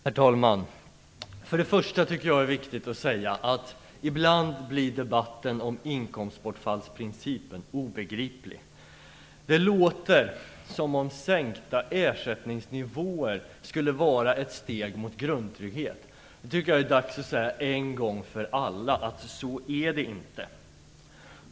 Herr talman! För det första tycker jag att det är viktigt att säga att debatten om inkomstbortfallsprincipen ibland blir obegriplig. Det låter som om sänkta ersättningsnivåer skulle vara ett steg mot grundtrygghet. Nu tycker jag det är dags att en gång för alla säga att så är det inte.